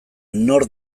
nor